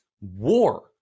war